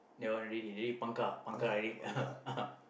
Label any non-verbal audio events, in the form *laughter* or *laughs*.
that one already they already pangkar pangkar already *laughs*